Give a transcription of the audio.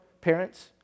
parents